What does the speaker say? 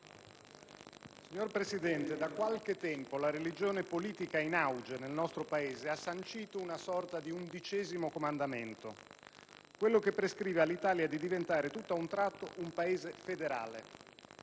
Signor Presidente, da qualche tempo la religione politica in auge nel nostro Paese ha sancito una sorta di undicesimo comandamento, quello che prescrive all'Italia di diventare tutto ad un tratto un Paese federale.